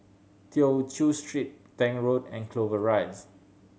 Tew Chew Street Tank Road and Clover Rise